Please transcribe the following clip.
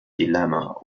dilemma